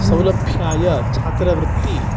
सौलभ्याय छात्रवृत्तिः